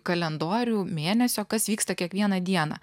kalendorių mėnesio kas vyksta kiekvieną dieną